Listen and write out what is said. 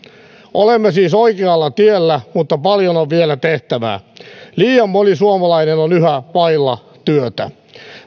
olemme siis oikealla tiellä mutta paljon on vielä tehtävää liian moni suomalainen on yhä vailla työtä